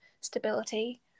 stability